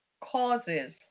causes